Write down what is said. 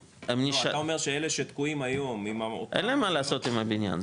אתה אומר שאלה שתקועים היום עם ה- אין להם מה לעשות עם הבניין.